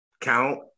count